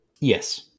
Yes